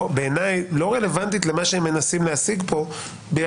בעיניי, לא רלוונטית למה שהם מנסים להשיג פה.